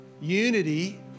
Unity